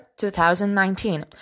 2019